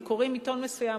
הם קוראים עיתון מסוים,